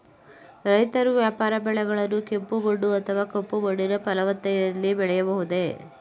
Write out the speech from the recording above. ರೈತರು ವ್ಯಾಪಾರ ಬೆಳೆಗಳನ್ನು ಕೆಂಪು ಮಣ್ಣು ಅಥವಾ ಕಪ್ಪು ಮಣ್ಣಿನ ಫಲವತ್ತತೆಯಲ್ಲಿ ಬೆಳೆಯಬಹುದೇ?